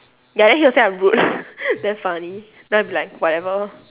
ya then he will say I'm rude damn funny then I'll be like whatever